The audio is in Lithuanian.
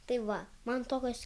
tai va man tokios